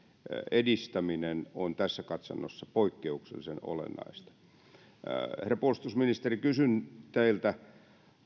edistäminen on tässä katsannossa poikkeuksellisen olennaista herra puolustusministeri kysyn teiltä